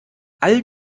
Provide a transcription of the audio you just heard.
all